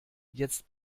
jetzt